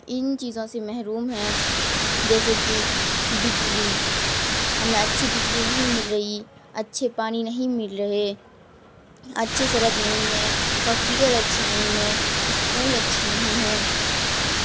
ان چیزوں سے محروم ہیں جیسے کہ بجلی ہمیں اچھی بجلی نہیں مل رہی اچھے پانی نہیں مل رہے اچھے سڑک نہیں ہے ہاسپیٹل اچھے نہیں ہے اسکول اچھے نہیں ہیں